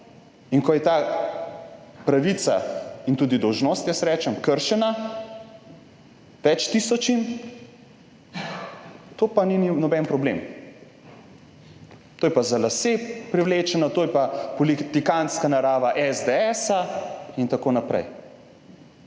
in ko je ta pravica in tudi dolžnost, jaz rečem, kršena več tisočim, to pa ni noben problem, to je pa za lase privlečeno, to je pa politikantska narava SDS in tako naprej.